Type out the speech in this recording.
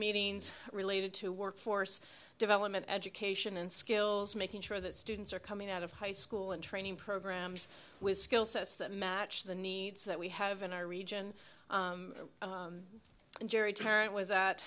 meetings related to workforce development education and skills making sure that students are coming out of high school and training programs with skill sets that match the needs that we have in our region and jerry